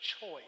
choice